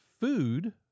food